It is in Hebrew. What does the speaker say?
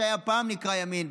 שפעם נקרא ימין,